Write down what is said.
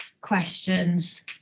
questions